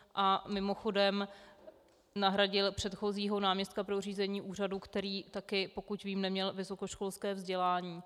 A mimochodem, nahradil předchozího náměstka pro řízení úřadu, který také, pokud vím, neměl vysokoškolské vzdělání.